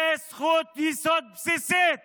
זו זכות יסוד בסיסית